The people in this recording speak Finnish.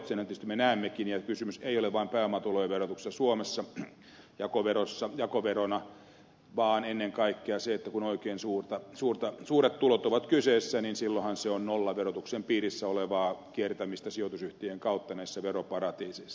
senhän tietysti me näemmekin ja kysymys ei ole vain pääomatulojen verotuksesta suomessa jakoverona vaan ennen kaikkea siitä että kun oikein suuret tulot on kyseessä silloinhan se on nollaverotuksen piirissä olevaa kiertämistä sijoitusyhtiön kautta näissä veroparatiiseissa